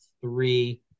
three